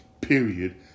period